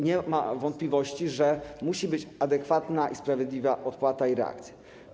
Nie ma jednak wątpliwości, że musi być adekwatna i sprawiedliwa odpłata i reakcja.